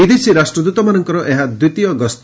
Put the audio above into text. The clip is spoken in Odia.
ବିଦେଶୀ ରାଷ୍ଟ୍ରଦୃତମାନଙ୍କର ଏହା ଦ୍ୱିତୀୟ ଗସ୍ତ